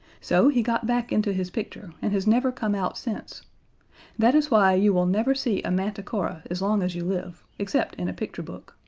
so he got back into his picture and has never come out since that is why you will never see a manticora as long as you live, except in a picture-book.